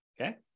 Okay